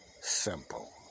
simple